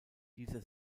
dieser